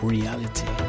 Reality